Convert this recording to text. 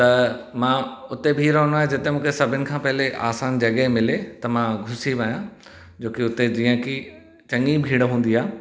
त मां उते बीह रहंदो आहियां जिते मूंखे सभिनि खां पहले आसान जॻहि मिले त मां घुसी वञा जोकि हुते जीअं की चंङी भीड़ हूंदी आहे